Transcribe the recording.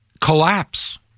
collapse